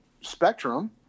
spectrum